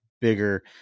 bigger